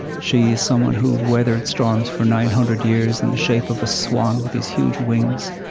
she is someone who weathered storms for nine hundred years in the shape of a swan with these huge wings.